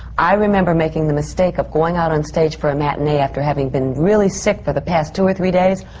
i remember making the mistake of going out on stage for a matinee, after having been really sick for the past two or three days,